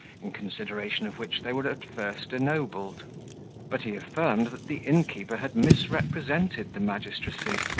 in consideration of which they were at first ennobled but he affirmed, that the innkeeper had misrepresented the magistracy,